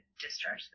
discharge